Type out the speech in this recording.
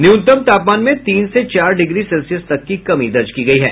न्यूनतम तापमान में तीन से चार डिग्री सेल्सियस तक की कमी दर्ज की गयी है